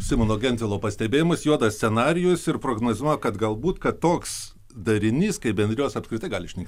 simono gentvilo pastebėjimus juodas scenarijus ir prognozuoja kad galbūt kad toks darinys kaip bendrijos apskritai gali išnykt